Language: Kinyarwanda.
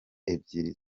ebyiri